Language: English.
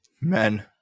Men